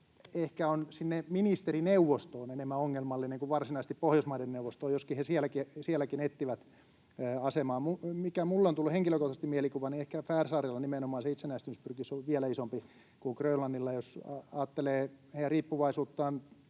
ehkä sinne ministerineuvostoon enemmän ongelmallinen kuin varsinaisesti Pohjoismaiden neuvostoon, joskin he sielläkin etsivät asemaansa. Minulle on tullut henkilökohtaisesti mielikuva, että ehkä Färsaarilla nimenomaan se itsenäistymispyrkimys on vielä isompi kuin Grönlannilla. Jos ajattelee heidän riippuvaisuuttaan